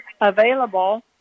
available